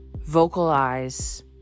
vocalize